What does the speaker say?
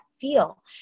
feel